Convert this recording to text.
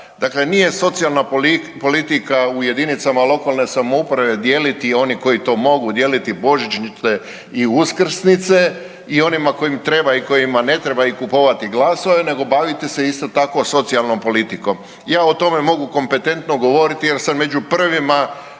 Dakle, nije socijalna politika u jedinicama lokalne samouprave dijeliti oni koji to mogu dijeliti božićnice i uskrsnice i onima kojima treba i kojima ne treba i kupovati glasove nego baviti se isto tako socijalnom politikom. Ja o tome mogu kompetentno govoriti jer sam među prvima,